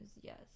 yes